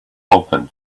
open